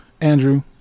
Andrew